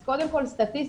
אז קודם כל סטטיסטית,